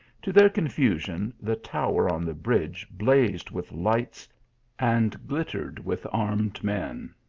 to their confusion the tower on the bridge blazed with lights and glittered with armed men.